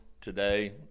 today